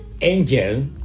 angel